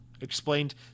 explained